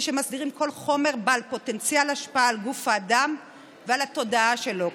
שמסדירים כל חומר בעל פוטנציאל השפעה על גוף האדם ועל התודעה שלו,